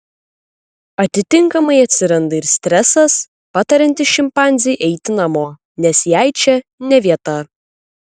atitinkamai atsiranda ir stresas patariantis šimpanzei eiti namo nes jai čia ne vieta